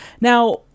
Now